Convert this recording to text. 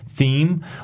theme